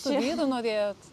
su vyru norėjot